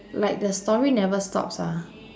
like the story never stops ah